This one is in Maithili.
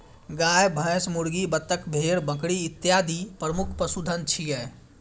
गाय, भैंस, मुर्गी, बत्तख, भेड़, बकरी इत्यादि प्रमुख पशुधन छियै